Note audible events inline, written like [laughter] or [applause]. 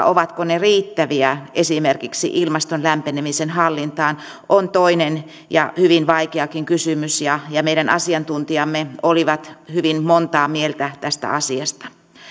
[unintelligible] ovatko ne riittäviä esimerkiksi ilmaston lämpenemisen hallintaan on toinen ja hyvin vaikeakin kysymys ja ja meidän asiantuntijamme olivat hyvin montaa mieltä tästä asiasta